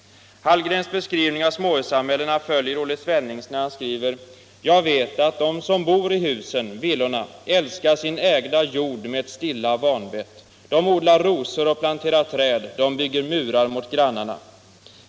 Hallgrens beskrivning av småhussamhällena följer Olle Svennings när han skriver: ”Jag vet att de som bor i husen, villorna då, älskar sin ägda jord med ctt stilla vanvett. De odlar rosor och planterar träd. De bygger murar mot grannarna.